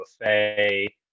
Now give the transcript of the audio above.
buffet